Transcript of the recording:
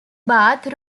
bath